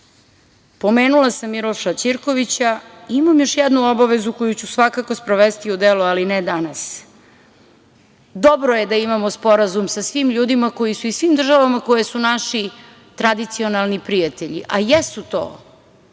pomenula sam Miloša Ćirkovića. Imam još jednu obavezu koju ću svakako sprovesti u delu, ali ne danas. Dobro je da imamo sporazum sa svim ljudima i svim državama koje su naši tradicionalni prijatelji, a jesu to